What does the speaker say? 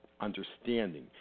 Understanding